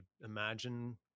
imagine